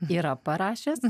yra parašęs